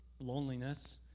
loneliness